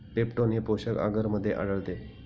peptone हे पोषक आगरमध्ये आढळते